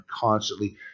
constantly